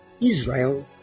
Israel